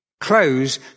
close